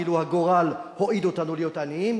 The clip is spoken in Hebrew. כאילו הגורל הועיד אותנו להיות עניים,